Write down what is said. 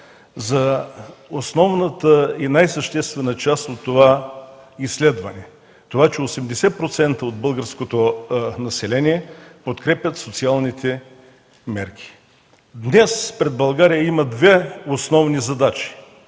за основната и най-съществена част от това изследване – че 80% от българското население подкрепят социалните мерки. Днес пред България има две основни задачи